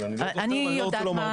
אבל אני לא זוכר ואני לא רוצה לומר.